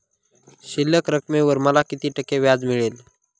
शिल्लक रकमेवर मला किती टक्के व्याज मिळेल?